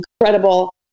incredible